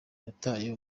yataye